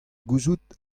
gouzout